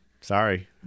Sorry